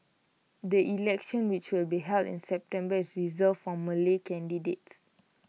the election which will be held in September is reserved for Malay candidates